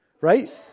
Right